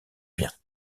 bien